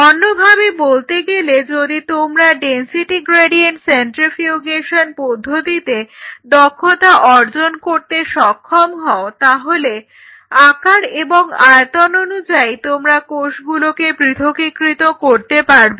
অন্যভাবে বলতে গেলে যদি তোমরা ডেনসিটি গ্রেডিয়েন্ট সেন্ট্রিফিউগেশন পদ্ধতিতে দক্ষতা অর্জন করতে সক্ষম হও তাহলে আকার এবং আয়তন অনুযায়ী তোমরা কোষগুলোকে পৃথকীকৃত করতে পারবে